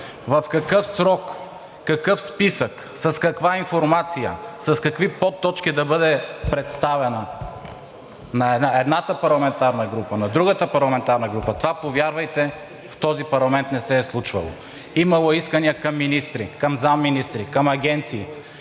в какъв срок, какъв списък, с каква информация, с какви подточки да бъде представено, едната парламентарна група на другата парламентарна група, това, повярвайте, в този парламент не се е случвало. Имало е искания към министри, към заместник-министри, към агенции,